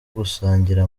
gusangira